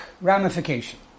ramification